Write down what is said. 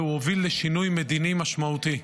והוא הוביל לשינוי מדיני משמעותי.